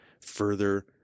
further